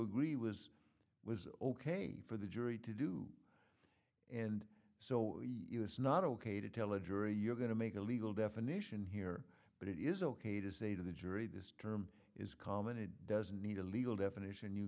agree was was ok for the jury to do and so it's not ok to tell a jury you're going to make a legal definition here but it is ok to say to the jury this term is common it doesn't need a legal definition you